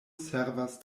servas